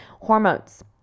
Hormones